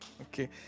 okay